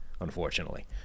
unfortunately